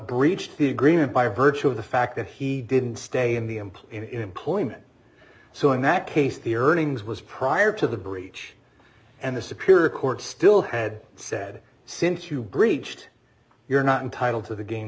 breached the agreement by virtue of the fact that he didn't stay in the employ of employment so in that case the earnings was prior to the breach and the superior court still had said since you breached you're not entitled to the ga